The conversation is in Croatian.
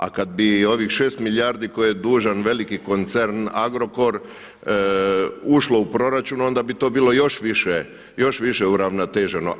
A kada bi ovih 6 milijardi koje je dužan veliki koncern Agrokor ušlo u proračun onda bi to bilo još više, još više uravnoteženo.